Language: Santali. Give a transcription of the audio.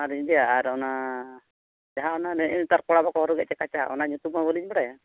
ᱚᱱᱟᱞᱤᱧ ᱤᱫᱤᱭᱟ ᱟᱨ ᱚᱱᱟ ᱡᱟᱦᱟᱸ ᱚᱱᱟ ᱱᱮᱜᱼᱮ ᱱᱮᱛᱟᱨ ᱠᱚᱲᱟ ᱵᱟᱠᱚ ᱦᱚᱨᱚᱜᱮᱫ ᱛᱮ ᱠᱟᱪᱟ ᱚᱱᱟ ᱧᱩᱛᱩᱢ ᱦᱚᱸ ᱵᱟᱞᱤᱧ ᱵᱟᱲᱟᱭᱟ